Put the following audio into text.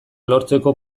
lortzeko